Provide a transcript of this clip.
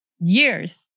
years